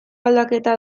aldaketa